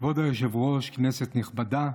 כבוד היושב-ראש, כנסת נכבדה,